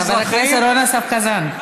חבר הכנסת אורן אסף חזן,